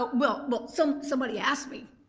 but well, but so somebody asked me.